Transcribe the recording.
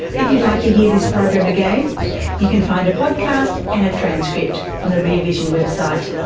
if you'd like to hear this program again you can find a podcast and a transcript on the rear vision website,